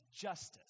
justice